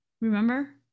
remember